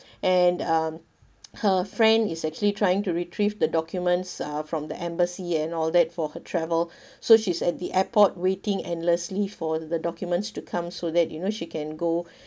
and um her friend is actually trying to retrieve the documents uh from the embassy and all that for her travel so she's at the airport waiting endlessly for the documents to come so that you know she can go